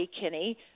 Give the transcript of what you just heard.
Kinney